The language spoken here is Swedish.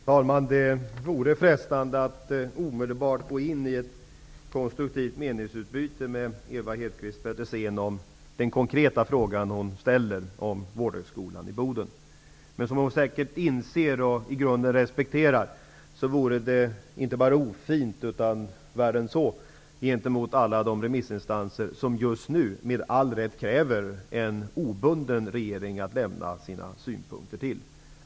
Fru talman! Det vore frestande att omedelbart gå in i ett konstruktivt meningsutbyte med Ewa Hedkvist Petersen om den konkreta fråga som hon ställer om Vårdhögskolan i Boden. Men som Ewa Hedkvist Petersen säkert inser och i grunden respekterar vore det inte bara ofint utan värre än så mot alla de remissinstanser som just nu med all rätt kräver en obunden regering att lämna sina synpunkter till.